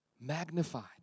Magnified